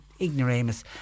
ignoramus